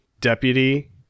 deputy